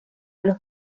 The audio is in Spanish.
los